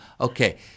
okay